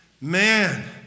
Man